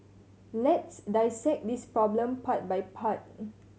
let's dissect this problem part by part